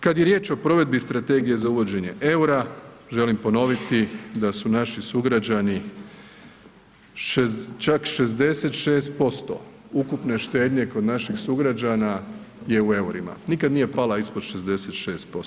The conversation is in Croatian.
Kad je riječ o provedbi strategije za uvođenje EUR-a, želim ponoviti da su naši sugrađani čak 66% ukupne štednje kod naših sugrađana je u EUR-ima, nikad nije pala ispod 66%